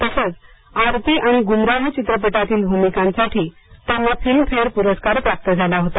तसंच आरती आणि गुमराह चित्रपटातील भूमिकांसाठी त्यांना फिल्मफेअर पुरस्कार प्राप्त झाला होता